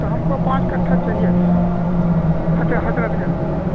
تو ہم کو پانچ کٹھا چہیے تھا اچھا حضرت گنج میں